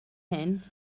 hyn